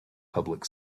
public